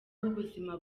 w’ubuzima